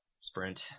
Sprint